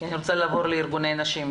אני רוצה לשמוע את ארגוני הנשים.